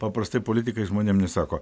paprastai politikai žmonėm nesako